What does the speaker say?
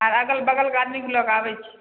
आओर अगल बगलके आदमीके लऽ कऽ आबै छी